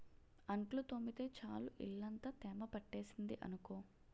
అంట్లు తోమితే చాలు ఇల్లంతా తేమ పట్టేసింది అనుకో